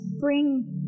bring